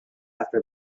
after